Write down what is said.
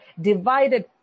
divided